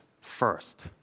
first